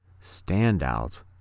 Standout